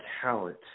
talent